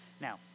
Now